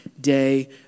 day